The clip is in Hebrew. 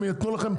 הם יתנו לכם,